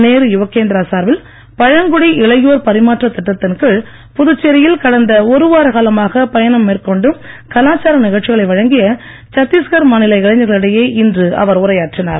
நேரு யுவகேந்திரா சார்பில் பழங்குடி இளையோர் பரிமாற்ற திட்டத்தின் கீழ் புதுச்சேரியில் கடந்த ஒரு வார காலமாக பயணம் மேற்கொண்டு கலாச்சார நிகழ்ச்சிகளை வழங்கிய சத்தீஸ்கர் மாநில இளைஞர்கள் இடையே இன்று அவர் உரையாற்றினார்